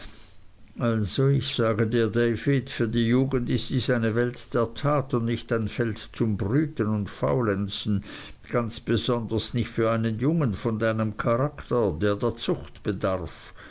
also ich sage dir david für die jugend ist dies eine welt der tat und nicht ein feld zum brüten und faulenzen ganz besonders nicht für einen jungen von deinem charakter der der zucht bedarf